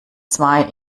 zwei